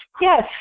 Yes